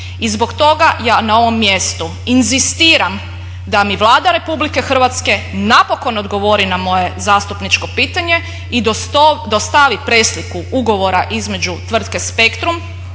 I zbog toga ja na ovom mjestu inzistiram da mi Vlada Republike Hrvatske napokon odgovori na moje zastupničko pitanje i dostavi presliku ugovora između tvrtke Spektrum